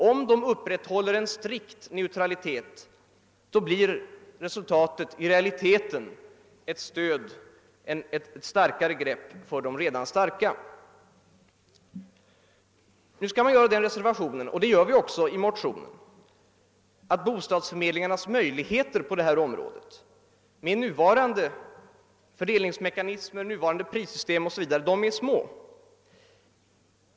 Om de upprätthåller en strikt neutralitet blir resultatet i realiteten ett starkare grepp för de redan starka. Nu måste man göra den reservationen — och det har vi också gjort i vår motion — att bostadsförmedlingarnas möjligheter med nuvarande fördelningsmekanism, prissystem etc. är små.